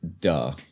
duh